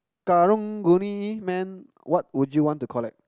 Karang-Guni man what would you want to collect